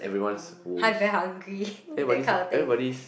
uh I very hungry that kind of thing